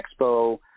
Expo